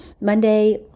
Monday